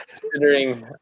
considering